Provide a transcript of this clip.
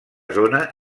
zona